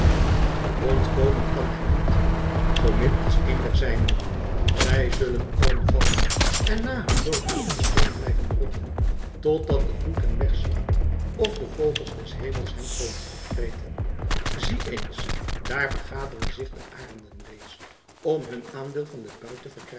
ontkomen kan hij niet zoomin als een der zijnen zij zullen allen vallen en na hun dood op het strand blijven rotten totdat de vloed hen wegslaat of de vogels des hemels hen komen opvreten zie eens daar vergaderen zich de arenden reeds om hun aandeel van den